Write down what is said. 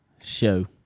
Show